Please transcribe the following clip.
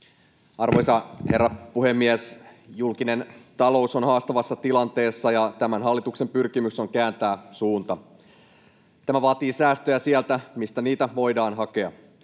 Arvoisa herra puhemies! Julkinen talous on haastavassa tilanteessa, ja tämän hallituksen pyrkimys on kääntää suunta. Tämä vaatii säästöjä sieltä, mistä niitä voidaan hakea.